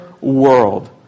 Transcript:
world